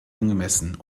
angemessen